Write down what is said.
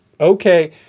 okay